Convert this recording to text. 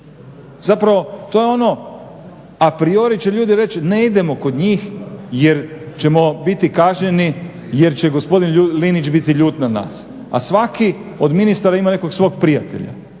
Zapravo to je ono a priori će ljudi reći ne idemo kod njih, jer ćemo biti kažnjeni jer će gospodin Linić biti ljut na nas, a svaki od ministara ima nekog svog prijatelja